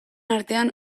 artean